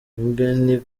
mugheni